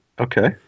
Okay